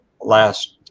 last